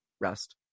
rest